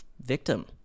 victim